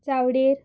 चावडेर